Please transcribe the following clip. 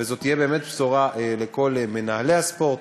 וזו תהיה באמת בשורה לכל מנהלי הספורט,